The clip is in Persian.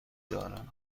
دارم